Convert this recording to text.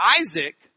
Isaac